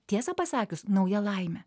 tiesą pasakius nauja laimė